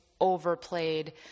overplayed